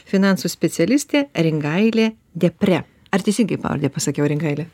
finansų specialistė ringailė depre ar teisingai pavardę pasakiau ringaile